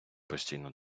постійно